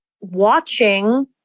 watching